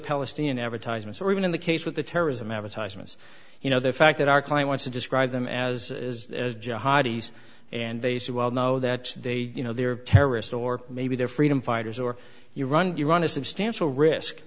palestinian advertisements or even in the case with the terrorism advertisements you know the fact that our client wants to describe them as and they say well know that they you know they're terrorists or maybe they're freedom fighters or you run you run a substantial risk